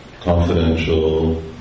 confidential